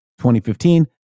2015